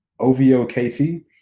OVOKT